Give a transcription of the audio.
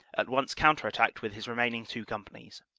at once counter-attacked with his remaining two companies.